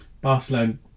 Barcelona